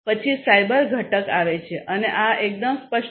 પછી સાયબર ઘટક આવે છે અને આ એકદમ સ્પષ્ટ છે